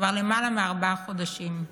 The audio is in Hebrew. כבר למעלה מארבעה חודשים.